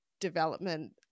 development